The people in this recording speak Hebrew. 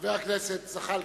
חבר הכנסת זחאלקה,